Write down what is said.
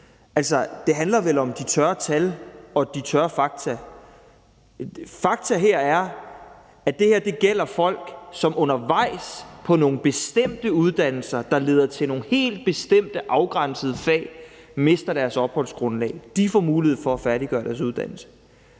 Altså, det handler vel om de tørre tal og de tørre fakta. Fakta her er, at det gælder folk, som undervejs på nogle bestemte uddannelser, der leder til nogle helt bestemte, afgrænsede fag mister deres opholdsgrundlag, får mulighed for at færdiggøre deres uddannelse.